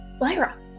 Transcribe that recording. Lyra